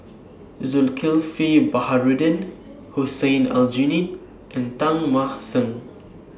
Zulkifli Baharudin Hussein Aljunied and Teng Mah Seng